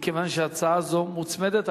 מכיוון שהצעה זו מוצמדת,